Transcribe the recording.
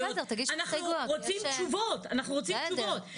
אנחנו רוצים תשובות, אנחנו רוצים תשובות.